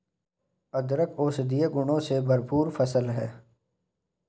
अदरक औषधीय गुणों से भरपूर फसल है